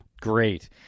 Great